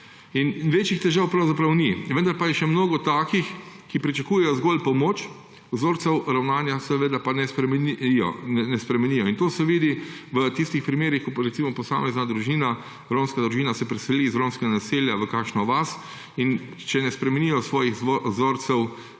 in večjih težav pravzaprav ni. Vendar pa je še mnogo takšnih, ki pričakujejo zgolj pomoč, vzorcev ravnanja pa ne spremenijo. To se vidi v tistih primerih, ko se posamezna romska družina preseli iz romskega naselja v kakšno vas, in če ne spremenijo svojih vzorcev